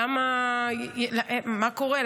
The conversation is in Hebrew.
מה קורה?